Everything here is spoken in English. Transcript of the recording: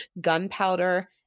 gunpowder